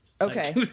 Okay